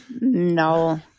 no